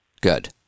Good